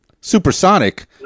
Supersonic